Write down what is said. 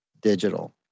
Digital